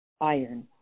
iron